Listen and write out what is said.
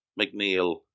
McNeil